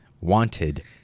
Wanted